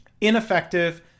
ineffective